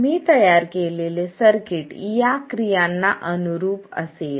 आम्ही तयार केलेले सर्किट या क्रियांना अनुरूप असेल